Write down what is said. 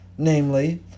Namely